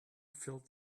filled